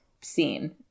scene